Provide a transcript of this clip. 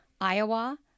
Iowa